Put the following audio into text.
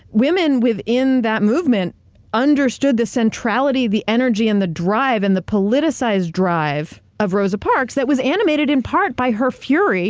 women within that movement understood the centrality, the energy, and the drive, and the politicized drive of rosa parks that was animated in part by her fury